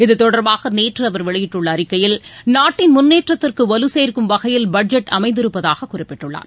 இதுதொடர்பாக நேற்று அவர் வெளியிட்டுள்ள அறிக்கையில் நாட்டின் முன்னேற்றத்திற்கு வலுசேர்க்கும் வகையில் பட்ஜெட் அமைந்திருப்பதாக குறிப்பிட்டுள்ளார்